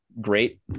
great